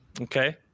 okay